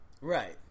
Right